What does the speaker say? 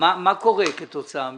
מה קורה כתוצאה מזה?